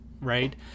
right